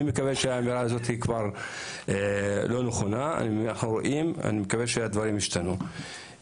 אני מקווה שהאמירה הזאת כבר לא נכונה ואני מקווה שהדברים ישתנו.